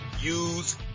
use